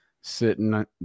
sitting